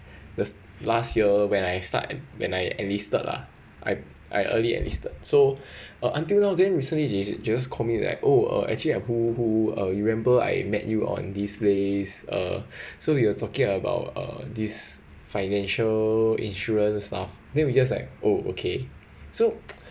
the last year when I started when I enlisted lah I I early enlisted so until now then recently they just call me like oh uh actually uh who who are you remember I met you on displays are so we are talking about uh this financial insurance stuff then we just like okay so